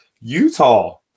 Utah